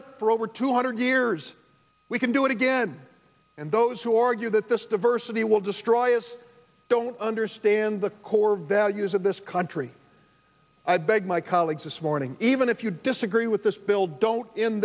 it for over two hundred years we can do it again and those who argue that this diversity will destroy us don't understand the core values of this country i beg my colleagues this morning even if you disagree with this bill don't in